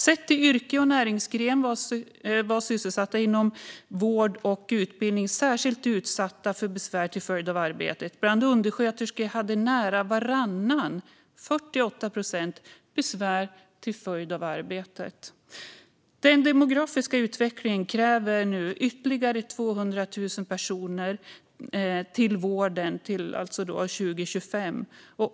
Sett till yrke och näringsgren var sysselsatta inom vård och utbildning särskilt utsatta för besvär till följd av arbetet. Bland undersköterskor hade nära varannan, 48 procent, besvär till följd av arbetet. Den demografiska utvecklingen kräver nu ytterligare 200 000 anställda i vården till 2025.